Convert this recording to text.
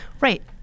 right